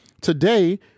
today